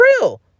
real